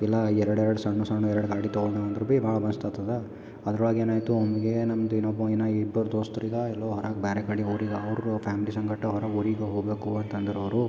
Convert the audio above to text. ಇಲ್ಲ ಎರಡೆರಡು ಸಣ್ಣ ಸಣ್ಣ ಎರಡು ಗಾಡಿ ತಗೊಂಡು ಹೊದ್ರು ಬಿ ಭಾಳ ಮಸ್ತ್ ಆತದ ಅದ್ರೊಳಗೆ ಏನಾಯ್ತೋ ನಮಗೆ ನಮ್ದು ಏನಪ್ಪೋ ಏನಾಯಿ ಇಬ್ಬರು ದೋಸ್ತರು ಈಗ ಎಲ್ಲೋ ಹೊರಗೆ ಬೇರೆ ಕಡೆ ಹೋರ್ ಈಗ ಅವ್ರಿಗು ಫಾಮ್ಲಿ ಸಂಗಟ್ಟ ಹೊರ ಊರಿಗೆ ಹೋಗಕೋವಂತಂದರು ಅವರು